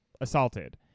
assaulted